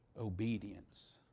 obedience